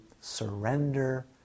surrender